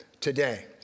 today